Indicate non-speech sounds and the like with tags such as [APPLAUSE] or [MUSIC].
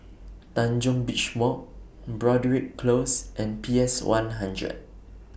[NOISE] Tanjong Beach Walk Broadrick Close and P S one hundred